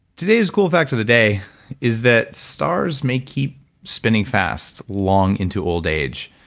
today's cool fact of the day is that stars may keep spinning fast long into old age.